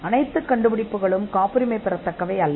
எல்லா கண்டுபிடிப்புகளும் காப்புரிமை பெறக்கூடியவை அல்ல